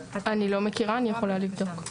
אני לא מכירה, אני יכולה לבדוק.